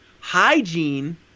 Hygiene